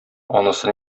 анысы